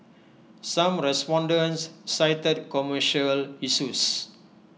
some respondents cited commercial issues